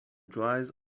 dries